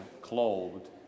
clothed